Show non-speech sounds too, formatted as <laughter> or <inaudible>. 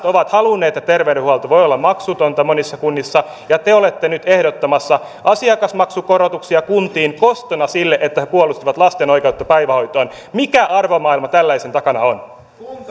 <unintelligible> ovat halunneet että terveydenhuolto voi olla maksutonta ja te olette nyt ehdottamassa asiakasmaksukorotuksia kuntiin kostona sille että he puolustivat lasten oikeutta päivähoitoon mikä arvomaailma tällaisen takana on